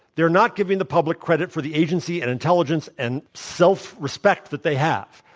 they're not giving the public credit for the agency, and intelligence, and self-respect that they have.